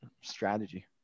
strategy